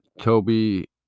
Toby